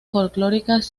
folclóricas